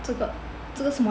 这个